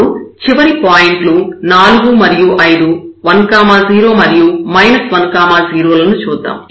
ఇప్పుడు చివరి పాయింట్లు నాలుగు మరియు ఐదు 10 మరియు 10 లను చూద్దాం